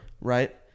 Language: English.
Right